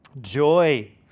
Joy